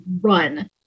run